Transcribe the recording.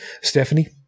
Stephanie